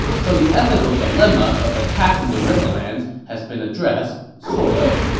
so the ethical dilemma of attacking the riverlands has been addressed, sort of.